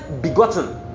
begotten